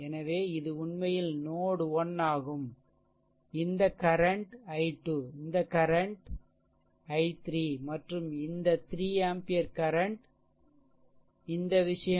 எனவே இது உண்மையில் நோட் 1 ஆகும் இந்த கரண்ட் i2 இந்த கரண்ட் i3மற்றும் இந்த 3 ஆம்பியர் கரண்ட் இந்த விஷயம்